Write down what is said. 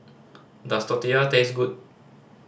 does Tortilla taste good